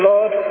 Lord